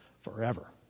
forever